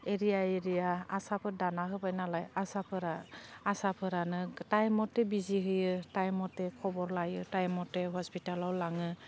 area area आसाफोर दाना होबाय नालाय आसाफोरा आसाफोरानो टाइम मथे बिजि होयो टाइम मथे खबर लायो टाइम मथे हस्पिटालाव लाङो